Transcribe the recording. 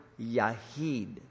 yahid